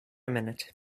minute